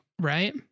right